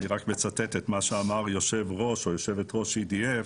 אני מצטט את מה שאמר יושב או יושבת ראש EDF: